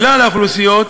מכלל האוכלוסיות,